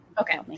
Okay